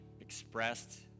expressed